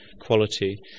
quality